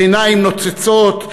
בעיניים נוצצות,